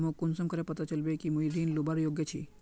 मोक कुंसम करे पता चलबे कि मुई ऋण लुबार योग्य छी?